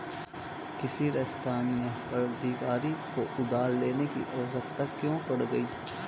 किसी स्थानीय प्राधिकारी को उधार लेने की आवश्यकता क्यों पड़ गई?